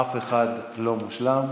אף אחד לא מושלם.